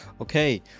Okay